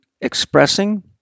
expressing